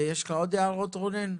יש לך עוד הערות רונן?